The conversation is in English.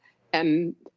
and